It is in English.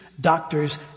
doctors